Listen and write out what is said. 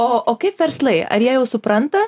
o o kaip verslai ar jie jau supranta